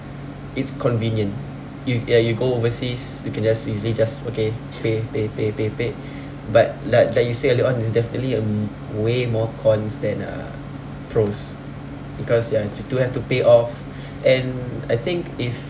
it's convenient you ya you go overseas you can just easily just okay pay pay pay pay pay but like like you say earlier on there's definitely a way more cons than uh pros because ya you still have to pay off and I think if